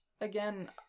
again